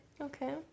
Okay